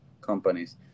companies